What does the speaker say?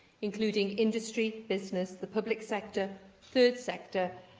including industry, business, the public sector, third sector,